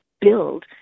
build